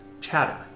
chatter